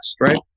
right